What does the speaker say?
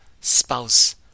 spouse